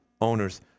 owners